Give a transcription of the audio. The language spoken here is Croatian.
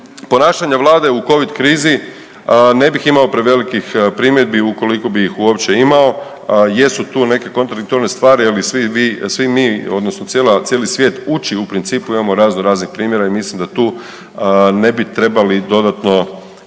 ponašanja Vlade u Covid krizi ne bih imao prevelikih primjedbi ukoliko bi ih uopće imao. Jesu tu neke kontradiktorne stvari, ali svi vi, svi mi odnosno cijeli svijet ući u principu. Imamo razno raznih primjera i mislim da tu ne bi trebali dodatno,